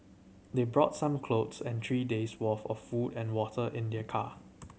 they brought some clothes and three days' worth of food and water in their car